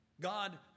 God